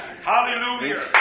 Hallelujah